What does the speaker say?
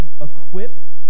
equip